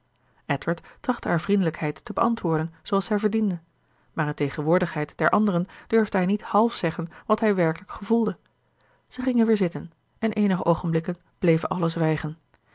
trachtte haar vriendelijkheid te beantwoorden zooals zij verdiende maar in tegenwoordigheid der anderen durfde hij niet half zeggen wat hij werkelijk gevoelde zij gingen weer zitten en eenige oogenblikken bleven allen zwijgen